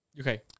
Okay